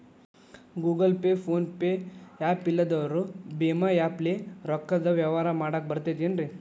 Google pay, phone pay app ಇಲ್ಲದವರು ಭೇಮಾ app ಲೇ ರೊಕ್ಕದ ವ್ಯವಹಾರ ಮಾಡಾಕ್ ಬರತೈತೇನ್ರೇ?